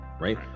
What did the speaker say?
right